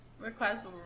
request